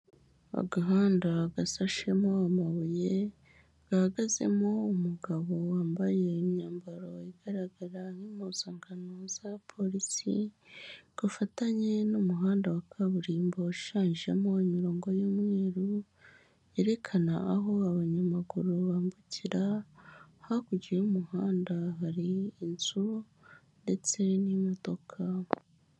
Agahanda gasashemo amabuye, gahagazemo umugabo wambaye imyambaro igaragara nk'impuzankano za polisi, gafatanye n'umuhanda wa kaburimbo, ushushanjemo imirongo y'umweruru yerekana aho abanyamaguru bambukira. Hakurya y'umuhanda hari inzu, ndetse n'imodoka.